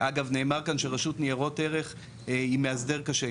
אגב נאמר כאן שרשות ניירות ערך היא מאסדר קשה,